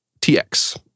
TX